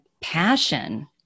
passion